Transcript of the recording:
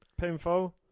pinfall